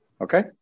Okay